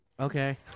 Okay